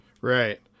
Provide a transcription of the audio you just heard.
right